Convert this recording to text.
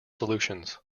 solutions